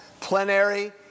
plenary